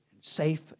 safe